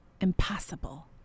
impossible